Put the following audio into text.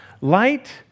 Light